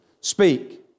Speak